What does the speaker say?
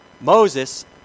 Moses